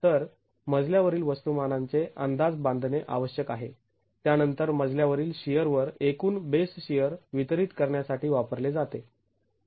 तर मजल्यावरील वस्तुमानांचे अंदाज बांधणे आवश्यक आहे त्यानंतर मजल्या वरील शिअर वर एकूण बेस शिअर वितरित करण्यासाठी वापरले जाते